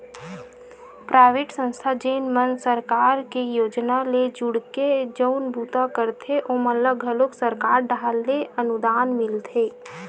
private संस्था जेन मन सरकार के योजना ले जुड़के जउन बूता करथे ओमन ल घलो सरकार डाहर ले अनुदान मिलथे